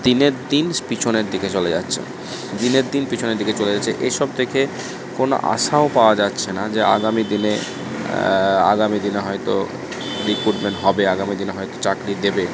দিনের দিন পিছনের দিকে চলে যাচ্ছে দিনের দিন পিছনের দিকে চলে যাচ্ছে এসব থেকে কোনো আশাও পাওয়া যাচ্ছে না যে আগামীদিনে আগামীদিনে হয়তো রিক্রুটমেন্ট হবে আগামীদিনে হয়তো চাকরি দেবে